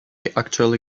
actually